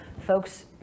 folks